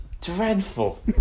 dreadful